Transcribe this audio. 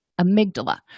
amygdala